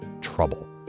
trouble